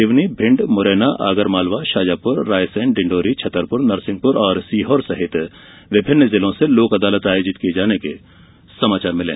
सिवनी भिण्ड मुरैना आगरमालवा शाजापुर रायसेन डिंडोरी छतरपुर नरसिंहपुर सीहोर सहित विभिन्न जिलों से लोक अदालत आयोजित किये जाने के समाचार मिले हैं